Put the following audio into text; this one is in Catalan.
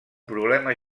problema